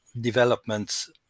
developments